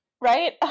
right